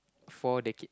four decade